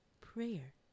Prayer